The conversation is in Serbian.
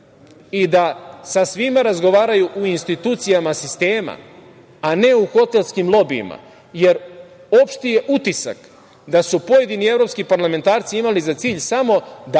i da sa svima razgovaraju u institucijama sistema, a ne u hotelskim lobijima. Jer, opšti je utisak da su pojedini evropski parlamentarci imali za cilj samo da